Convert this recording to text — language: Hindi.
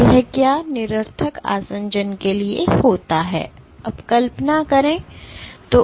तो यह क्या निरर्थक आसंजन के लिए होता है अब कल्पना करें